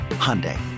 Hyundai